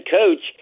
coach